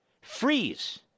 Freeze